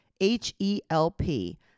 H-E-L-P